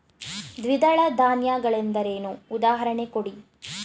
ದ್ವಿದಳ ಧಾನ್ಯ ಗಳೆಂದರೇನು, ಉದಾಹರಣೆ ಕೊಡಿ?